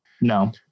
No